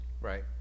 Right